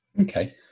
okay